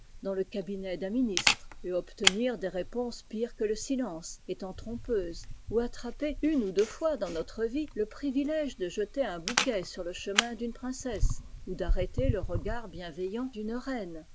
dans le cabinet d'un ministre et obtenir des réponses pires que le silence étant trompeuses ou attraper une ou deux fois dans notre vie le privilège de jeter un bouquet sur le chemin d'une princesse ou d'arrêter le regard bienveillant d'une reine